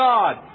God